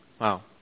Wow